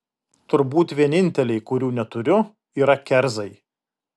turbūt vieninteliai kurių neturiu yra kerzai